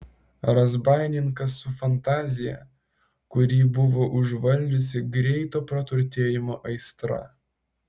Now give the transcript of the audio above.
razbaininkas su fantazija kurį buvo užvaldžiusi greito praturtėjimo aistra